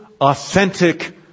authentic